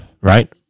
right